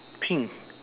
pink